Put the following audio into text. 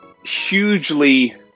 hugely